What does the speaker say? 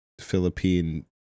Philippine